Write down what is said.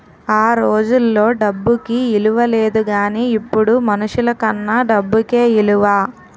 ఆ రోజుల్లో డబ్బుకి ఇలువ లేదు గానీ ఇప్పుడు మనుషులకన్నా డబ్బుకే ఇలువ